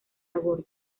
aborto